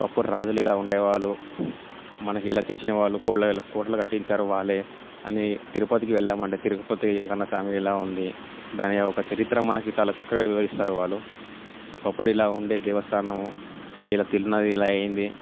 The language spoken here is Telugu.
అప్పుడు రాజులు ఇలా ఉండేవాళ్ళే మనకి ఇలా చేసిన వాళ్ళు కోతాళు కట్టించారు వాళ్ళే అని తిరుపతికి వెళ్దామంటే తిరుపతి వెంకన్న స్వామి ఎలా ఉంది దాని ఒక చరిత్ర మనకు చాలా చక్కగా వివరిస్తారు వాళ్ళు ఒకప్పుడు ఇలా ఉండే దేవస్థానము ఇక్కడ తిరుణాల ఇలా అయ్యింది